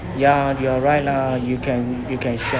ya you are right lah you can you can